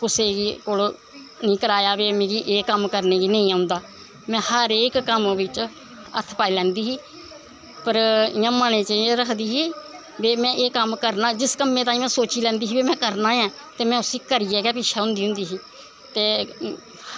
कुसै गी कोलू निं कराया कि मिगी एह् कम्म करने गी नेईं आंदा में हर इक कम्म बिच्च हत्थ पाई लैंदे ही पर इ'यां मनै च एह् रखदी ही भई में एह् कम्म करना जिस कम्मै ताईं में सोची लैंदी ही भई एह् करना ऐ ते में उसी करियै गै पिच्छें होंदी होंदी ही ते